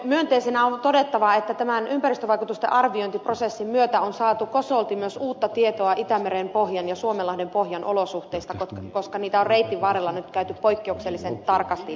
myönteisenä on todettava että tämän ympäristövaikutusten arviointiprosessin myötä on saatu kosolti myös uutta tietoa itämeren pohjan ja suomenlahden pohjan olosuhteista koska niitä on reitin varrella nyt käyty poikkeuksellisen tarkasti läpi